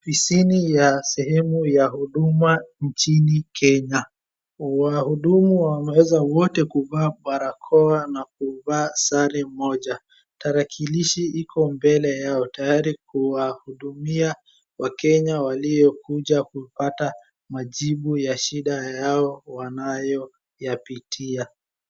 Ni sini ya sehemu ya huduma nchini Kenya. Wahudumu wameweza wote kuvaa barakoa na kuvaa sare moja. Tarakirishi iko mbele yao, tayari kuwahudumia wakenya waliokuja kupata majibu ya shida yao wanayoyapitia.